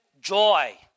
joy